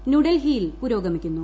ന്യൂഡൽഹിയിൽ പുരോഗമിക്കുന്നു